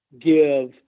give